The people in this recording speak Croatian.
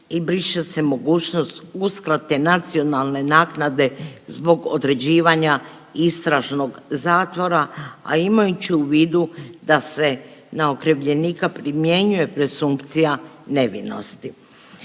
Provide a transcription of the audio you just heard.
i briše se mogućnost uskrate nacionalne naknade zbog određivanja istražnog zatvora, a imajući u vidu da se na okrivljenika primjenjuje presumpcija nevinosti.